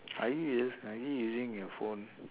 are you use are you using your phone